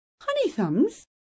Honey-thumbs